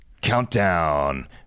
Countdown